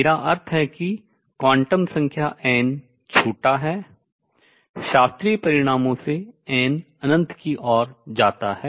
मेरा अर्थ है कि क्वांटम संख्या n छोटा है शास्त्रीय परिणामों से n अनंत की ओर जाता है